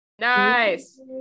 Nice